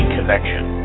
Connection